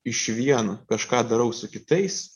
išvien kažką darau su kitais